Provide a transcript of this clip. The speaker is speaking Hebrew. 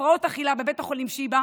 הפרעות אכילה בבית החולים שיבא